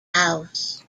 house